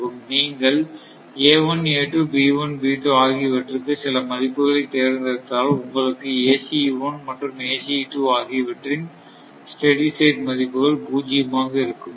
நீங்கள் ஆகியவற்றுக்கு சில மதிப்புகளை தேர்ந்தெடுத்தால் உங்களுக்கு ACE 1 மற்றும் ACE 2 ஆகியவற்றின் ஸ்டெடி ஸ்டேட் மதிப்புகள் பூஜ்ஜியமாக இருக்கும்